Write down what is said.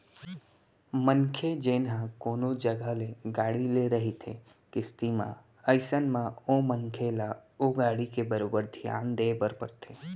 मनखे जेन ह कोनो जघा ले गाड़ी ले रहिथे किस्ती म अइसन म ओ मनखे ल ओ गाड़ी के बरोबर धियान देय बर परथे